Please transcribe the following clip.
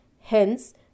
Hence